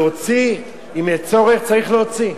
להוציא, אם יש צורך צריך להוציא.